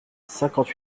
cinquante